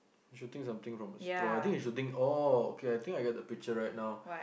you should think something from the straw I think you should think oh okay I get the picture right now